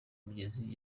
migezi